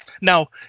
now